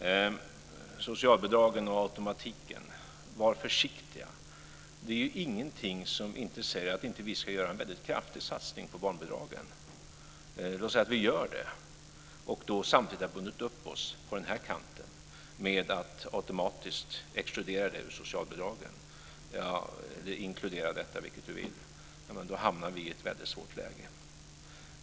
När det gäller socialbidragen och automatiken vill jag säga: Var försiktiga! Det är ingenting som säger att vi inte ska göra en väldigt kraftig satsning på barnbidragen. Låt oss säga att vi gör det och samtidigt har bundit upp oss på den här kanten med att automatiskt exkludera eller inkludera, vilket man vill, detta i socialbidragen. Då hamnar vi i ett väldigt svårt läge.